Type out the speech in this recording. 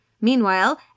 Meanwhile